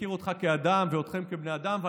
אני מכיר אותך כאדם ואתכם כבני אדם.